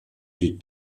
die